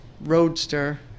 roadster